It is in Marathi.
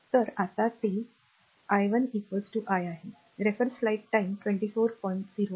तर आता ते r i 1 i आहे